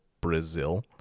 Brazil